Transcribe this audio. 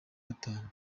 gatanu